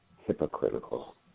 hypocritical